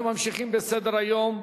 אנחנו ממשיכים בסדר-היום: